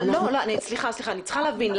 אני צריכה להבין,